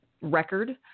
record